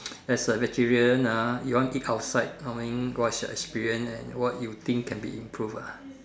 as a vegetarian ah you want eat outside I mean what's your experience and what you think can be improved ah